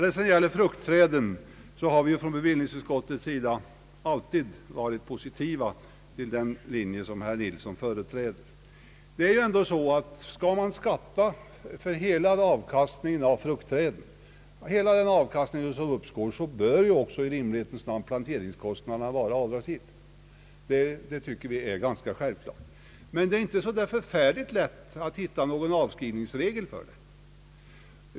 Beträffande fruktträden har bevillningsutskottet alltid haft en positiv inställning till den linje som herr Yngve Nilsson företräder. Skall man betala skatt för hela avkastningen bör i rimlighetens namn också planteringskostnaden vara avdragsgill. Det tycker vi är ganska självklart. Men det är inte så förfärligt lätt att finna någon avskrivningsregel för det.